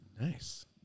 Nice